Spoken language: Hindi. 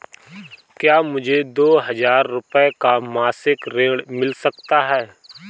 क्या मुझे दो हजार रूपए का मासिक ऋण मिल सकता है?